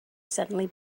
suddenly